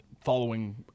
following